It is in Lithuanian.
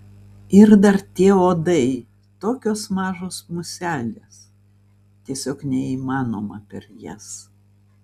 ir dar tie uodai tokios mažos muselės tiesiog neįmanoma per jas